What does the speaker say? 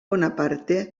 bonaparte